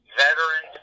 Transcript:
veteran